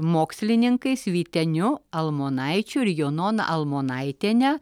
mokslininkais vyteniu almonaičiu ir junona almonaitiene